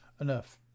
enough